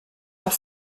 pas